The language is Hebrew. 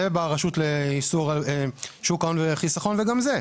זה ברשות לשוק ההון וחיסכון וגם זה.